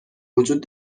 وجود